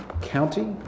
county